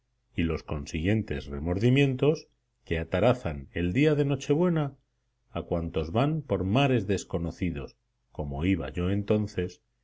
y los consiguientes remordimientos que atarazan el día de nochebuena a cuantos van por mares desconocidos como iba yo entonces